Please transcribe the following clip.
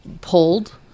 pulled